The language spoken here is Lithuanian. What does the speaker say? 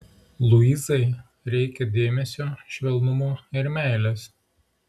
luizai reikia dėmesio švelnumo ir meilės